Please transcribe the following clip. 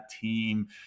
team